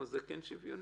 זה כן שוויוני?